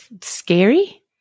scary